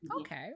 Okay